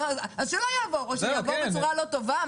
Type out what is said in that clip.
שלא יעבור אבל שיעבור בצורה לא טובה?